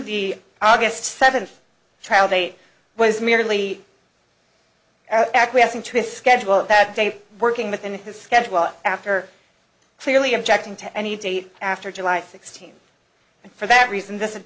the august seventh trial date was merely acquiescing to a schedule of that day working within his schedule after clearly objecting to any date after july sixteenth and for that reason this